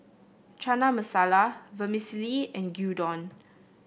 Chana Masala Vermicelli and Gyudon